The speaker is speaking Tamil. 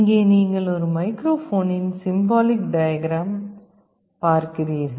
இங்கே நீங்கள் ஒரு மைக்ரோஃபோனின் சிம்பாலிக் டயக்ராம் காட்டப்பட்டுள்ளது